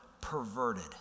perverted